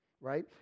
right